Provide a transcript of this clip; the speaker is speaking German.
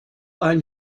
ein